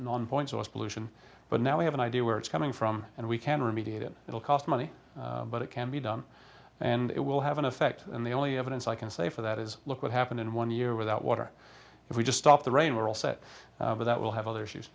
non point source pollution but now we have an idea where it's coming from and we can remediation it'll cost money but it can be done and it will have an effect and the only evidence i can say for that is look what happened in one year without water if we just stop the rain we're all set for that we'll have other issues